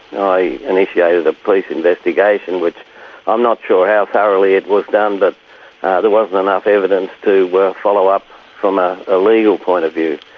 i initiated a police investigation which i'm not sure how thoroughly it was done, but there wasn't enough evidence to follow up from ah a legal point of view.